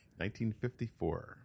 1954